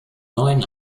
neuen